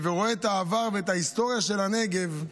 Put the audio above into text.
ורואה את העבר ואת ההיסטוריה של הנגב,